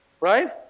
right